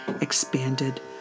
expanded